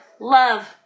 love